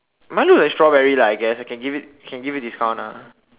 mine look like strawberry lah I guess I can give you can give you discount ah